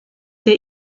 der